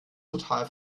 total